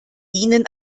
ihnen